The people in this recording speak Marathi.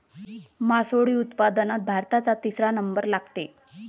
मासोळी उत्पादनात भारताचा जगात तिसरा नंबर लागते